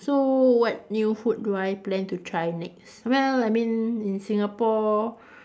so what new food do I plan to try next well I mean in Singapore